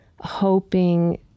hoping